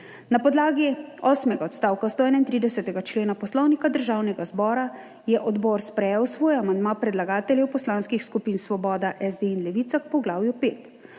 Na podlagi osmega odstavka 131. člena Poslovnika Državnega zbora je odbor sprejel svoj amandma predlagateljev poslanskih skupin Svoboda, SD in Levica k poglavju